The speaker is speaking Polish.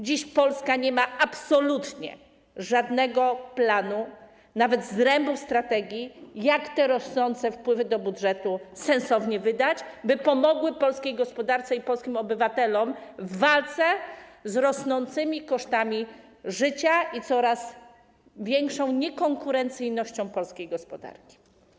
Dziś Polska nie ma absolutnie żadnego planu, nawet zrębów strategii, jak te rosnące wpływy do budżetu sensownie wydać, by pomogły polskiej gospodarce i polskim obywatelom w walce z rosnącymi kosztami życia i coraz większą niekonkurencyjnością polskiej gospodarki.